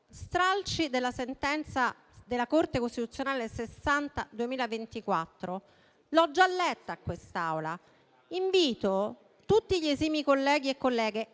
Stralci della sentenza della Corte costituzionale n. 62 del 2024 li ho già letti a quest'Aula ed invito tutti gli esimi colleghi e colleghe